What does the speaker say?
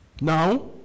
Now